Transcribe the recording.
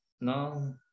no